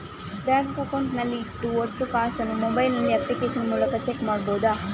Bank account ನಲ್ಲಿ ಇಟ್ಟ ಒಟ್ಟು ಕಾಸನ್ನು ಮೊಬೈಲ್ ನಲ್ಲಿ ಅಪ್ಲಿಕೇಶನ್ ಮೂಲಕ ಚೆಕ್ ಮಾಡಬಹುದಾ?